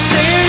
Say